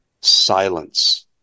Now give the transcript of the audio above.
silence